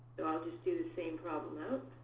i'll just do the same problem out.